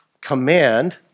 Command